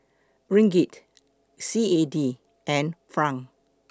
Ringgit C A D and Franc